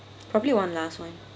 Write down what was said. probably one last one